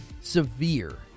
Severe